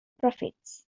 profits